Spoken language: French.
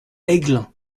aiglun